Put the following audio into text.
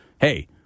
Hey